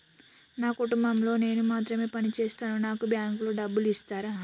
నా కుటుంబం లో నేను మాత్రమే పని చేస్తాను నాకు మీ బ్యాంకు లో డబ్బులు ఇస్తరా?